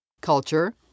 culture